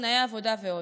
תנאי עבודה ועוד.